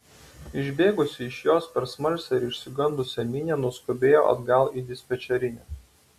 išbėgusi iš jos per smalsią ir išsigandusią minią nuskubėjo atgal į dispečerinę